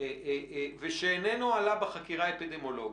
ושלא עלה בחקירה האפידמיולוגית,